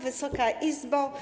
Wysoka Izbo!